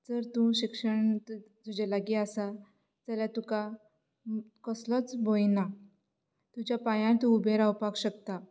जर तूं शिक्षण तुजे लागीं आसा जाल्या तुका कसलोच भंय ना तुज्या पांयार तूं उबें रावपाक शकता